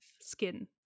skin